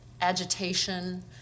agitation